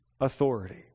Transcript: authority